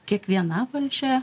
kiekviena valdžia